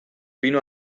pinu